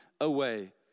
away